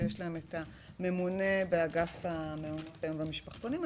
שיש להם ממונה באגף מעונות היום והמשפחתונים,